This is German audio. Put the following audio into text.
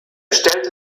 stellte